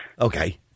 Okay